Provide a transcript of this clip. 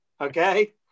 Okay